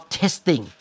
testing